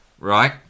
Right